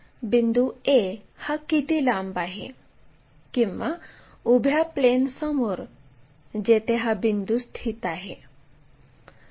यासाठी कंपासमध्ये 50 मिमी मोजू आणि लोकस लाईनवर c पासून 50 मिमीचा कट करू